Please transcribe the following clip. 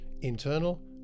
internal